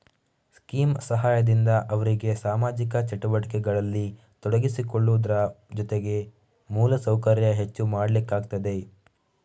scheme ಸಹಾಯದಿಂದ ಅವ್ರಿಗೆ ಸಾಮಾಜಿಕ ಚಟುವಟಿಕೆಗಳಲ್ಲಿ ತೊಡಗಿಸಿಕೊಳ್ಳುವುದ್ರ ಜೊತೆ ಮೂಲ ಸೌಕರ್ಯ ಹೆಚ್ಚು ಮಾಡ್ಲಿಕ್ಕಾಗ್ತದೆ